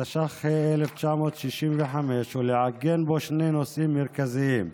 התשכ"ה 1965, ולעגן בו שני נושאים מרכזיים: